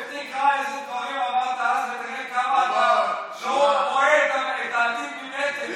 לך תקרא איזה דברים אמרת אז ותראה כמה אתה לא רואה את העתיד מנגד.